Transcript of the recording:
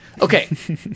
Okay